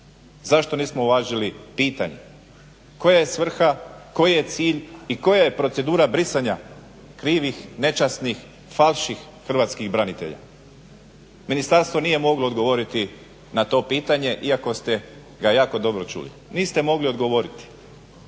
Zašto nismo uvažili pitanje, koja je svrha, koji je cilj i koja je procedura brisanja krivih, nečasnih, falšnih hrvatskih branitelja. Ministarstvo nije moglo odgovoriti na to pitanje iako ste ga jako dobro čuli. Niste mogli odgovoriti,